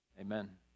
Amen